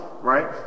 right